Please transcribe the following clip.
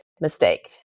mistake